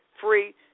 free